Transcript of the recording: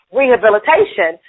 rehabilitation